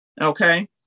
okay